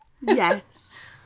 Yes